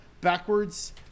backwards